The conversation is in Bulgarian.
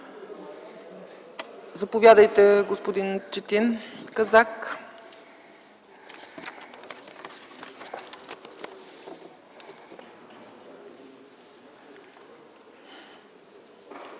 Заповядайте, господин Четин Казак.